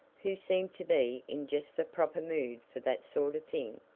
who seemed to be in just the proper mood for that sort of thing.